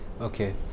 Okay